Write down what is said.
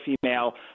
female